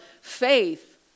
faith